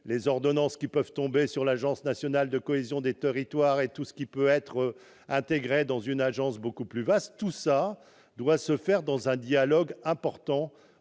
les ordonnances sur l'Agence nationale de la cohésion des territoires et tout ce qui peut être intégré dans une agence beaucoup plus vaste. Tout cela doit se faire dans un dialogue entre